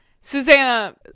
Susanna